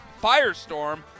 firestorm